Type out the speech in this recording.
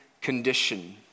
condition